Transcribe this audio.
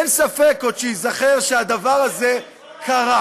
ואין גם ספק שייזכר שהדבר הזה קרה.